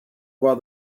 while